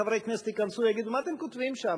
חברי הכנסת ייכנסו ויגידו: מה אתם כותבים שם?